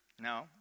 No